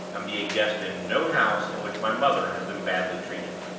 and be a guest in no house, in which my mother has been badly treated.